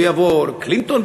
ויבוא קלינטון,